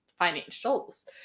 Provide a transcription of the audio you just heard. financials